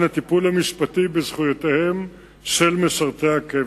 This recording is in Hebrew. הטיפול המשפטי בזכויותיהם של משרתי הקבע.